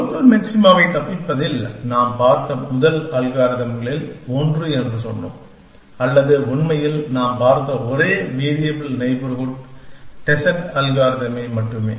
local மாக்சிமாவைத் தப்பிப்பதில் நாம் பார்த்த முதல் அல்காரிதம்களில் ஒன்று என்று சொன்னோம் அல்லது உண்மையில் நாம் பார்த்த ஒரே வேரியபல் நெய்பர்ஹூட் டெஸ்ண்ட் அல்காரிதமை மட்டுமே